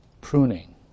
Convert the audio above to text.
pruning